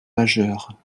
majeur